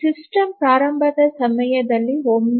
system ಪ್ರಾರಂಭದ ಸಮಯದಲ್ಲಿ ಒಮ್ಮೆ